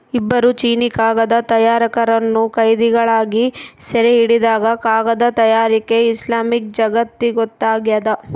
ಇಬ್ಬರು ಚೀನೀಕಾಗದ ತಯಾರಕರನ್ನು ಕೈದಿಗಳಾಗಿ ಸೆರೆಹಿಡಿದಾಗ ಕಾಗದ ತಯಾರಿಕೆ ಇಸ್ಲಾಮಿಕ್ ಜಗತ್ತಿಗೊತ್ತಾಗ್ಯದ